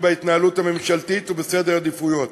בהתנהלות הממשלתית ובסדר העדיפויות,